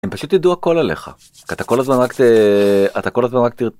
‫הם פשוט ידעו הכל עליך, ‫אתה כל הזמן רק תרצה.